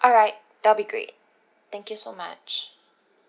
alright that will be great thank you so much